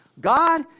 God